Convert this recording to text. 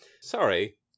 Sorry